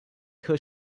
her